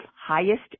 highest